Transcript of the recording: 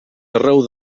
arreu